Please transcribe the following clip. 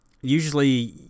usually